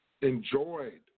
enjoyed